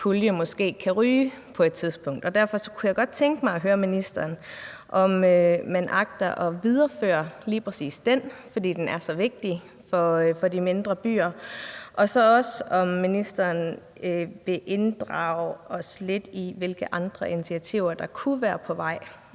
pulje måske kan ryge på et tidspunkt, og derfor kunne jeg godt tænke mig at høre ministeren, om man agter at videreføre lige præcis den, fordi den er så vigtig for de mindre byer, og så også, om ministeren vil inddrage os lidt i, hvilke andre initiativer der kunne være på vej